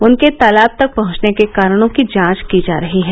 उनके तालाब तक पहंचने के कारणों की जांच की जा रही है